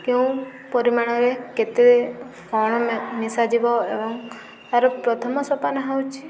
କେଉଁ ପରିମାଣରେ କେତେ କ'ଣ ମିଶାଯିବ ଏବଂ ତାର ପ୍ରଥମ ସୋପାନ ହେଉଛି